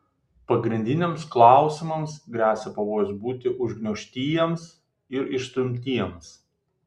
pagrindiniams klausimams gresia pavojus būti užgniaužtiems ar išstumtiems